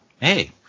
hey